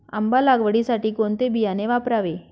आंबा लागवडीसाठी कोणते बियाणे वापरावे?